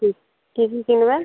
কী কী কী কিনবেন